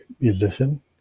musician